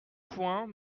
point